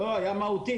היה "מהותי".